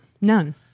None